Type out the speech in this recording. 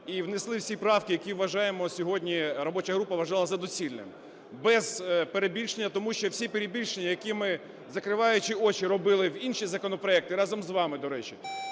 і внесли всі правки, які вважаємо сьогодні, робоча група вважала за доцільні. Без перебільшення, тому що всі перебільшення, які ми, закриваючи очі, робили в інші законопроекти, разом з вами, до речі,